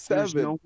Seven